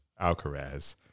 Alcaraz